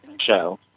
show